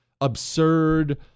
absurd